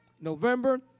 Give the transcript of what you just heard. November